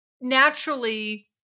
Naturally